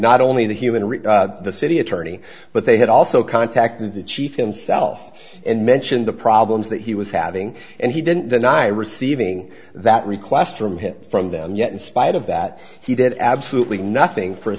not only the human right the city attorney but they had also contacted the chief himself and mentioned the problems that he was having and he didn't deny receiving that request from him from them yet in spite of that he did absolutely nothing for